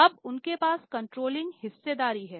अब उनके पास कंट्रोलिंग हिस्सेदारी है